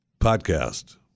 podcast